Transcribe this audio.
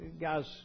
guy's